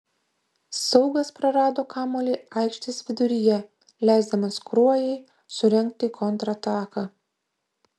saugas prarado kamuolį aikštės viduryje leisdamas kruojai surengti kontrataką